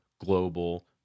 global